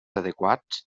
adequats